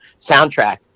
soundtrack